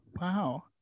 wow